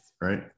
Right